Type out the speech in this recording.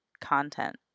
content